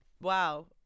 Wow